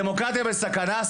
דמוקרטיה בסכנה,